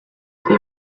they